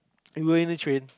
going in the train